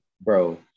bro